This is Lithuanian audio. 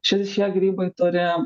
šis šie grybai turi